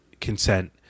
consent